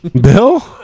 Bill